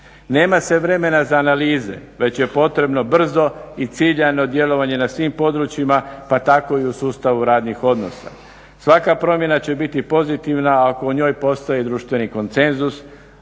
Nema se vremena za analize već je potrebno brzo i ciljano djelovanje na svim područjima pa tako i u sustavu radnih odnosa. Svaka promjena će biti pozitivna ako u njoj postoji društveni konsenzus,